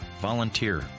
Volunteer